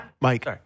Mike